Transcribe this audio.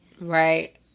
Right